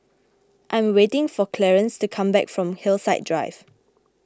I am waiting for Clarnce to come back from Hillside Drive